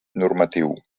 normatiu